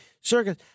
circus